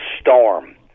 storm